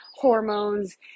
hormones